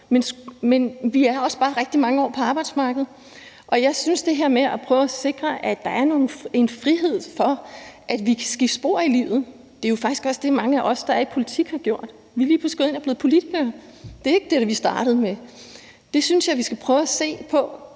Men vi er også bare rigtig mange år på arbejdsmarkedet. Jeg synes, at vi skal se på det her med at prøve at sikre, at der er en frihed til, at vi kan skifte spor i livet. Det er jo faktisk også det, mange af os, der er i politik, har gjort. Vi er lige pludselig gået ind og er blevet politikere. Det er ikke det, vi startede med. Jeg synes, vi skal prøve at se på: